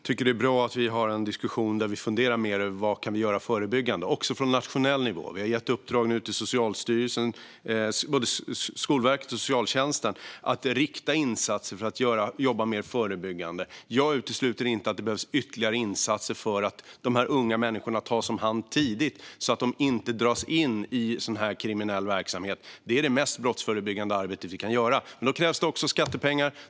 Herr talman! Jag tycker att det är bra att vi har en diskussion där vi funderar mer över vad vi kan göra i förebyggande syfte också på nationell nivå. Vi har gett i uppdrag till både Skolverket och socialtjänsten att rikta insatser för att jobba mer förebyggande. Jag utesluter inte att det behövs ytterligare insatser för att de här unga människorna tas om hand tidigt så att de inte dras in i den här typen av kriminell verksamhet. Det är det mest brottsförebyggande arbetet vi kan göra. Men då krävs det också skattepengar.